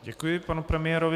Děkuji panu premiérovi.